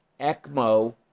ECMO